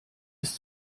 ist